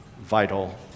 vital